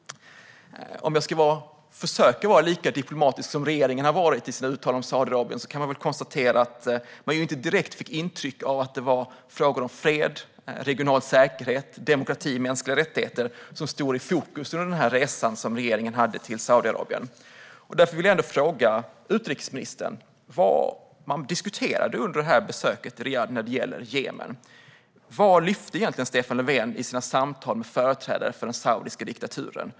Om jag ska försöka vara lika diplomatisk som regeringen har varit i sina uttalanden om Saudiarabien får man inte direkt intrycket att det var frågor om fred, regional säkerhet, demokrati och mänskliga rättigheter som stod i fokus under regeringens resa till Saudiarabien. Jag vill därför fråga utrikesministern: Vad diskuterade man under besöket i Riyadh när det gäller Jemen? Vad lyfte Stefan Löfven egentligen upp i sina samtal med företrädare för den saudiska diktaturen?